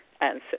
answer